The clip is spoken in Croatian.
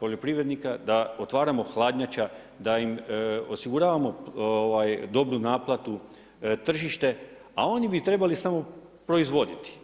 poljoprivrednika da otvaramo hladnjača, da im osiguravamo dobnu naplatu, tržište, a oni bi trebali samo proizvoditi.